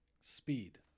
Speed